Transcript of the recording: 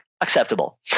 acceptable